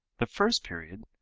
the first period,